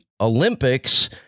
Olympics